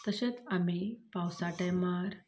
तशेंच आमी पावसाटें मार